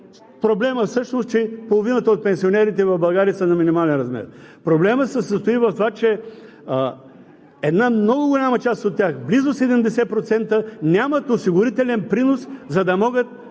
проблемът всъщност, че половината от пенсионерите в България са на минимален размер? Проблемът се състои в това, че една много голяма част от тях – близо 70% нямат осигурителен принос, за да могат